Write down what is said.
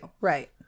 right